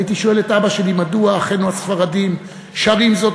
הייתי שואל את אבא שלי מדוע אחינו הספרדים שרים זאת